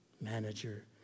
manager